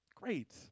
great